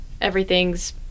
everything's